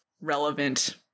relevant